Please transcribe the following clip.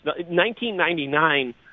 1999